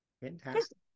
Fantastic